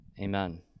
amen